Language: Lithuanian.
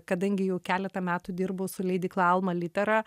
kadangi jau keletą metų dirbau su leidykla alma litera